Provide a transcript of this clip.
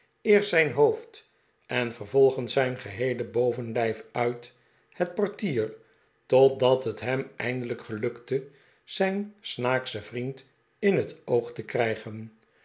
eerst zijn hoofd en vervolgens zijn geheele bovenlijf uit het portier totdat het hem eindelijk gelukte zijn snaakschen vriend in net oog te krijgen